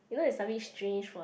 you know it's a bit strange for like